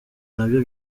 nabyo